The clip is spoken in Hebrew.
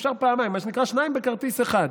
אפשר פעמיים, מה שנקרא, שניים בכרטיס אחד.